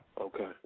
Okay